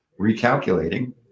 recalculating